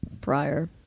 prior